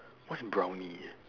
what's brownie